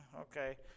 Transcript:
okay